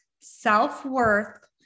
self-worth